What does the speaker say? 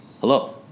hello